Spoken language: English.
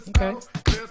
Okay